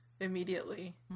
immediately